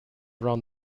around